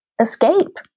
escape